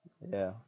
yeah